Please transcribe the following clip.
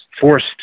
forced